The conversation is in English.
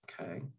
okay